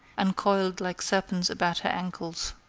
and coiled like serpents about her ankles.